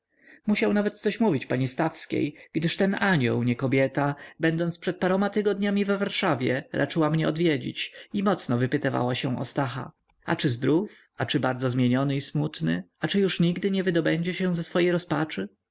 musiał nawet coś mówić pani stawskiej gdyż ten anioł nie kobieta będąc przed paroma tygodniami w warszawie raczyła mnie odwiedzić i mocno wypytywała się o stacha a czy zdrów a czy bardzo zmieniony i smutny a czy już nigdy nie wydobędzie się ze swej rozpaczy